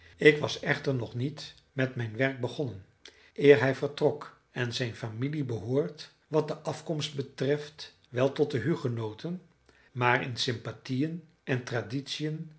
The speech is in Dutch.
ik was echter nog niet met mijn werk begonnen eer hij vertrok en zijn familie behoort wat de afkomst betreft wel tot de hugenooten maar in sympathieën en traditiën